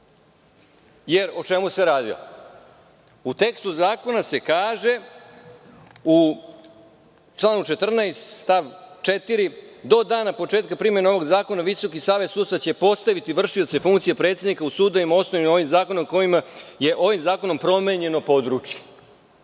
čemu se radilo? U tekstu zakona se kaže, u članu 14. stav 4. – do dana početka primene ovog zakona, VSS će postaviti vršioce funkcije predsednika u sudovima osnovanim ovim zakonom, kojima je ovim zakonom promenjeno područje.